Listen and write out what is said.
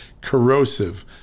corrosive